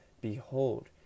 Behold